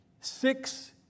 six